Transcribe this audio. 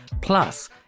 Plus